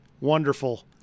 Wonderful